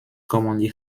commonly